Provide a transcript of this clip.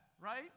right